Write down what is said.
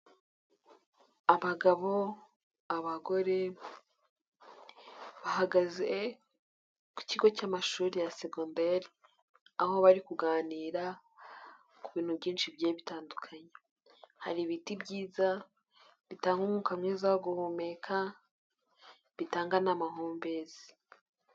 Abagabo, abagore, bahagaze ku kigo cy'amashuri ya segonderi, aho bari kuganira ku bintu byinshi bigiye bitandukanye. Hari ibiti byiza, bitanga umwuka mwiza wo guhumeka, bitanga n'amahumbezi.